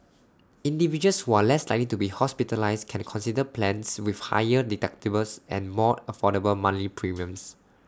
individuals who are less likely to be hospitalised can consider plans with higher deductibles and more affordable monthly premiums